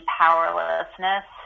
powerlessness